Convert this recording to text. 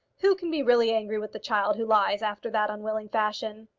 who can be really angry with the child who lies after that unwilling fashion?